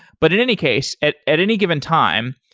but in any case, at at any given time,